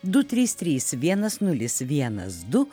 du trys trys vienas nulis vienas du